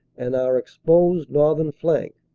and our exposed northern flank.